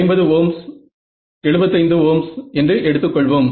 50 ohms 75 ohms என்று எடுத்துக் கொள்வோம்